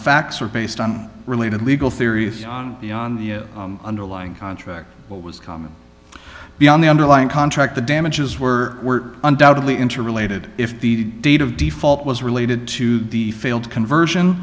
facts were based on related legal theory on the underlying contract what was common beyond the underlying contract the damages were undoubtedly interrelated if the date of default was related to the failed conversion